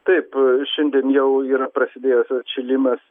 taip šiandien jau yra prasidėjęs atšilimas